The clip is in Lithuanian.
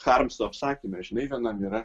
charmsto apsakyme žinai viename yra